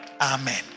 Amen